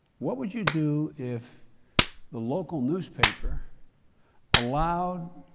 what would you do if the local newspaper allowed